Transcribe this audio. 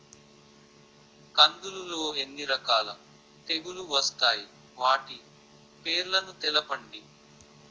కందులు లో ఎన్ని రకాల తెగులు వస్తాయి? వాటి పేర్లను తెలపండి?